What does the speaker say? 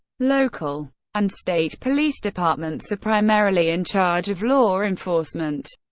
local and state police departments are primarily in charge of law enforcement,